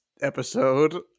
episode